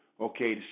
okay